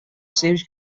series